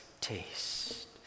taste